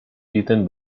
eaten